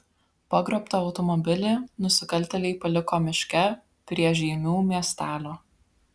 pagrobtą automobilį nusikaltėliai paliko miške prie žeimių miestelio